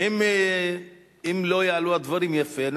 אם לא יעלו הדברים יפה,